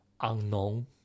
unknown